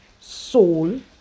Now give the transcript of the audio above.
soul